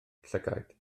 llygaid